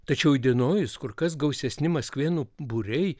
tačiau įdienojus kur kas gausesni maskvėnų būriai